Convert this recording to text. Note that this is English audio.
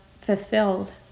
fulfilled